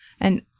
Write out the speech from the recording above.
And-